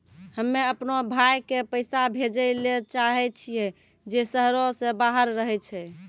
हम्मे अपनो भाय के पैसा भेजै ले चाहै छियै जे शहरो से बाहर रहै छै